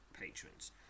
patrons